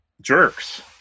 jerks